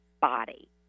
body